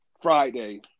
Friday